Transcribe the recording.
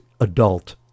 adult